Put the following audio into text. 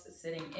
sitting